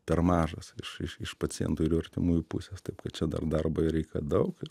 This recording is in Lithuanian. per mažas iš iš iš pacientų ir jų artimųjų pusės taip kad čia dar darbo reikia daug